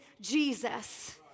Jesus